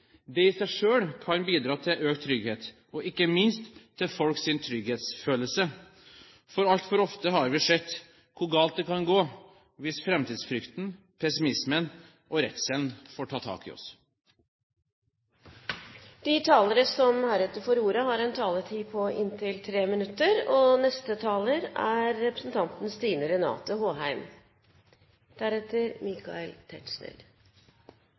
Det i seg selv kan bidra til økt trygghet og ikke minst til folks trygghetsfølelse. Altfor ofte har vi sett hvor galt det kan gå hvis framtidsfrykten, pessimismen og redselen får ta tak i oss. De talere som heretter får ordet, har en taletid på inntil 3 minutter.